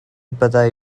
byddai